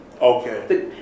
Okay